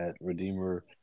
Redeemer